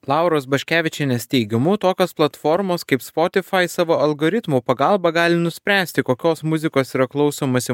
lauros baškevičienės teigimu tokios platformos kaip spotifai savo algoritmų pagalba gali nuspręsti kokios muzikos yra klausomasi